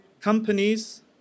companies